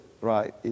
right